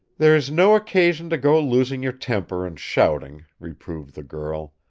there is no occasion to go losing your temper and shouting, reproved the girl.